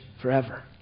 forever